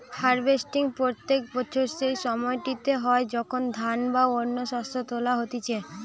harvesting প্রত্যেক বছর সেই সময়টিতে হয় যখন ধান বা অন্য শস্য তোলা হতিছে